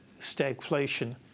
stagflation